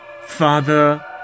Father